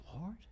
Lord